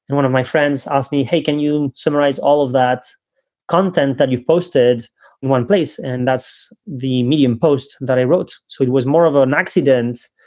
and one of my friends asked me, hey, can you summarize all of that content that you've posted in one place? and that's the medium posts that i wrote. so it was more of ah an accident,